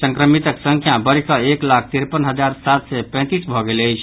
संक्रमितक संख्या बढ़िकऽ एक लाख तिरपन हजार सात सय पैंतीस भऽ गेल अछि